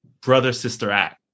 brother-sister-act